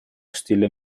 stile